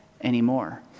anymore